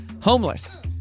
homeless